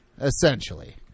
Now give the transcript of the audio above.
Essentially